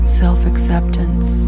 self-acceptance